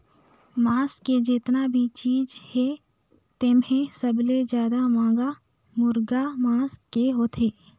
मांस के जेतना भी चीज हे तेम्हे सबले जादा मांग मुरगा के मांस के होथे